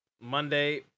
Monday